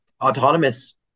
autonomous